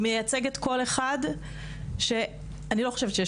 --- מייצגת קול אחד ואני לא חושבת שיש